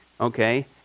Okay